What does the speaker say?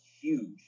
huge